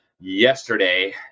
yesterday